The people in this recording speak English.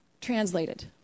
translated